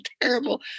terrible